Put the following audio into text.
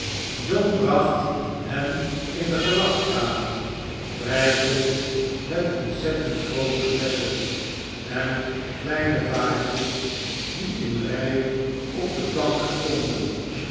john bracht hen in de gelagkamer prijkende met ontzettend groote flesschen en kleine vaatjes die in rijen op de planken stonden